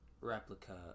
replica